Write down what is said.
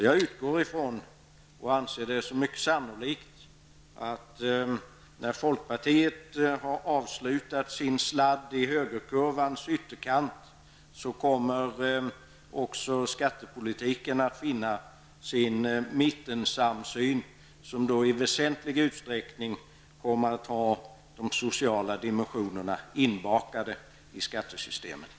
Jag utgår från och anser det mycket sannolikt att när folkpartiet har avslutat sin sladd i högerkurvans ytterkant så kommer också skattepolitiken att finna sin mittensamsyn. Den kommer då i väsentlig utsträckning att ha de sociala dimensionerna inbakade i skattesystemet.